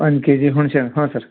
ಒಂದು ಕೆಜಿ ಹುಣಿಸೆಹಣ್ಣು ಹಾಂ ಸರ್